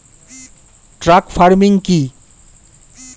Truck farming কি?